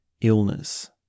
illness